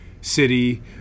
City